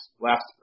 last